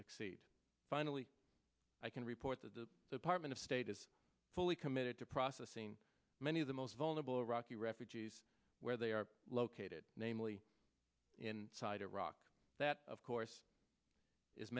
succeed finally i can report that the apartment of state is fully committed to processing many of the most vulnerable iraqi refugees where they are located namely inside iraq that of course is